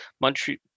montreal